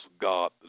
God